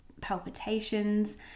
palpitations